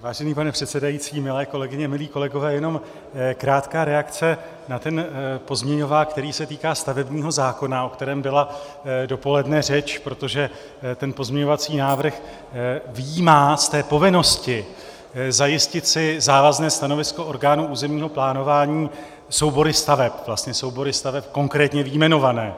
Vážený pane předsedající, milé kolegyně, milí kolegové, jenom krátká reakce na ten pozměňovák, který se týká stavebního zákona, o kterém byla dopoledne řeč, protože ten pozměňovací návrh vyjímá z povinnosti zajistit si závazné stanovisko orgánů územního plánování soubory staveb, vlastně soubory staveb konkrétně vyjmenované.